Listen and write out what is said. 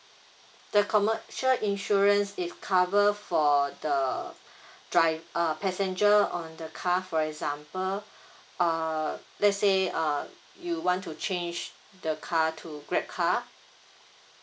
the commercial insurance is covered for the err dri~ a passenger on the car for example uh let's say uh you want to change the car to Grab car